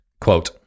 Quote